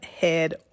head